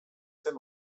zen